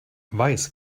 weiß